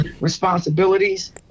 responsibilities